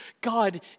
God